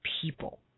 people